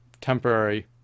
temporary